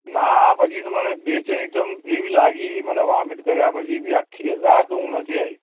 ના પછી તો મને બેચીની એકદમ એવી લાગી મને વામીટ કર્યા પછી બી આખી રાત ઊંઘ નથી આવી